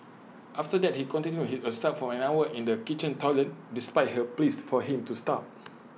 after that he continued his assault for an hour in the kitchen toilet despite her pleas for him to stop